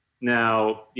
Now